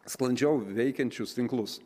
sklandžiau veikiančius tinklus